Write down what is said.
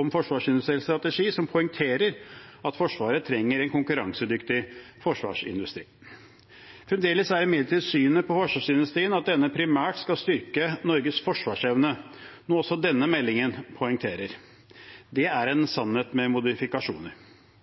om forsvarsindustriell strategi som poengterer at Forsvaret trenger en konkurransedyktig forsvarsindustri. Fremdeles er imidlertid synet på forsvarsindustrien at denne primært skal styrke Norges forsvarsevne, noe også denne meldingen poengterer. Det er en sannhet med modifikasjoner.